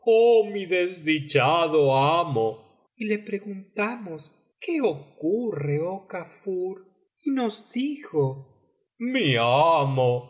mi desdichado amo y le preguntamos que ocurre oh kafur y nos dijo mi amo